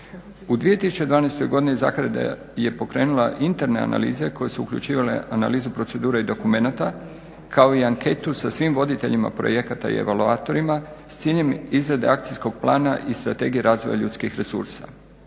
U 2012.godini zaklada je pokrenula interne analize koje su uključivale analizu procedure i dokumenta kao i anketu sa svim voditeljima projekata i evaluatorima s ciljem izrade Akcijskog plana i Strategije razvoja ljudskih resursa.